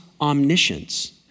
omniscience